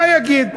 מה יגיד?